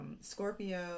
Scorpio